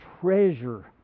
treasure